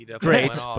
great